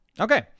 okay